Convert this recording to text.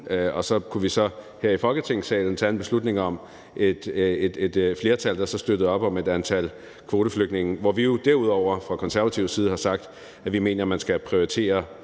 og så kunne vi så her i Folketingssalen med et flertal tage en beslutning, der så støttede op om et antal kvoteflygtninge. Derudover har vi fra Konservatives side jo sagt, at vi mener, at man, den